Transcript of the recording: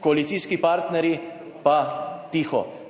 koalicijski partnerji pa tiho.